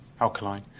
alkaline